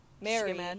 Mary